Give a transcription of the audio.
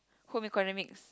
home economics